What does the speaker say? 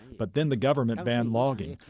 but then the government banned logging.